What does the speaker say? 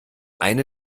eine